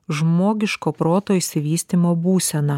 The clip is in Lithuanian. žmogiško proto išsivystymo būseną